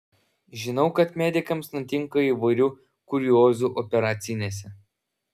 žinau kad medikams nutinka įvairių kuriozų operacinėse